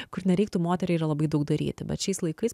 kur nereiktų moteriai labai daug daryti bet šiais laikais